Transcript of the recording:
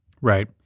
Right